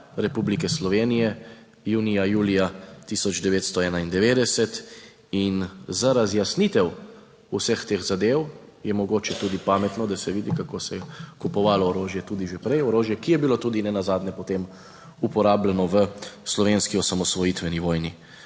Republike Slovenije junija, julija 1991. In za razjasnitev vseh teh zadev je mogoče tudi pametno, da se vidi, kako se je kupovalo orožje tudi že prej, orožje, ki je bilo tudi nenazadnje potem uporabljeno v slovenski osamosvojitveni vojni.